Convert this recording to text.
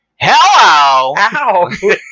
hello